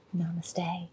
Namaste